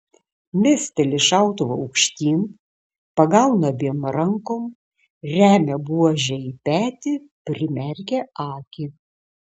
mesteli šautuvą aukštyn pagauna abiem rankom remia buožę į petį primerkia akį